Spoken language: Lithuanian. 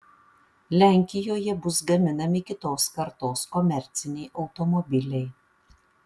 lenkijoje bus gaminami kitos kartos komerciniai automobiliai